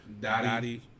Daddy